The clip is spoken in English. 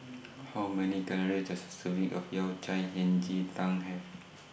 How Many Calories Does A Serving of Yao Cai Hei Ji Tang Have